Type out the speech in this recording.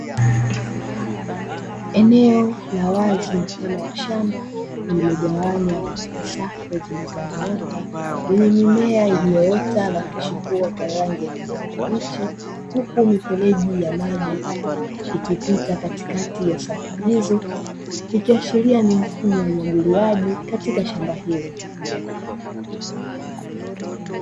Eneo la wazi mfano wa shamba lililogawanywa katika safu zilizonyooka, lenye mimea iliyoota na kuchipua kwa rangi ya kijani kibichi, huku mifereji ya maji ikipita katikati ya safu hizo, ikiashiria ni mfumo wa umwagiliaji katika shamba hilo.